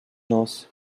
nose